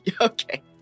Okay